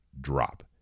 drop